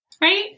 Right